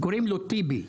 קוראים לו טיבי.